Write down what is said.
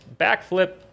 Backflip